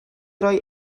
roi